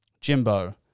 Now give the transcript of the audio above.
Jimbo